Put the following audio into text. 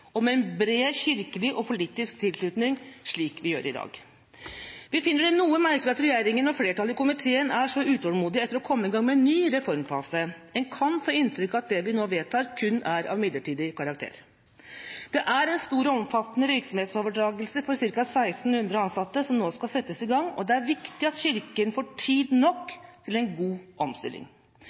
og med en bred kirkelig og politisk tilknytning, slik vi gjør i dag. Vi finner det noe merkelig at regjeringen og flertallet i komiteen er så utålmodige etter å komme i gang med en ny reformfase. En kan få inntrykk av at det vi nå vedtar, kun er av midlertidig karakter. Det er en stor og omfattende virksomhetsoverdragelse for ca. 1 600 ansatte som nå skal settes i gang, og det er viktig at Kirken får tid nok til en god omstilling.